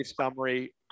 summary